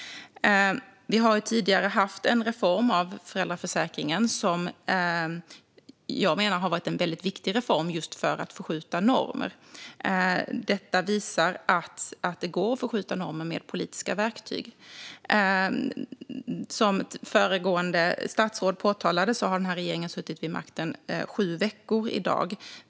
Vi har tidigare haft en reform av föräldraförsäkringen som jag menar har varit väldigt viktig just för att förskjuta normer. Detta visar att det går att förskjuta normer med politiska verktyg. Som föregående statsråd påpekade har denna regering i dag suttit vid makten i sju veckor.